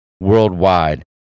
worldwide